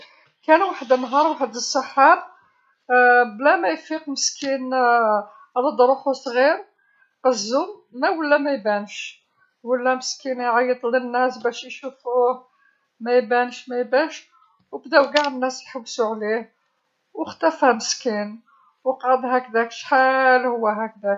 ﻿كان واحد النهار واحد السحار، بلا ما يفيق مسكين رد روحو صغير قزوم ولا ما يبانش ولا مسكين يعيط للناس باش يشوفوه ما يبانش ما يبانش. وبداو قاع الناس يحوسوا عليه، واختفى مسكين وقعد هكذاك شحال وهو هكذاك.